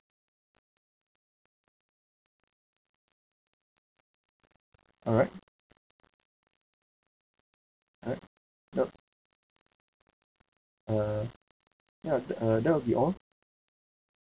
alright alright no uh ya uh that will be all